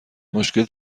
مشکل